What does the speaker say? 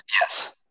Yes